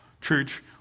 Church